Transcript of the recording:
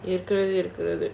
me too போகல:pogala